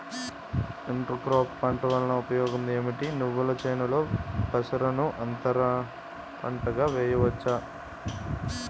Inter crops పంట వలన ఉపయోగం ఏమిటి? నువ్వుల చేనులో పెసరను అంతర పంటగా వేయవచ్చా?